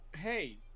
hey